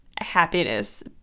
happiness